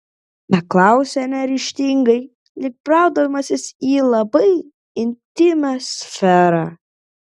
paklausė neryžtingai lyg braudamasis į labai intymią sferą